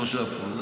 שלושה פה.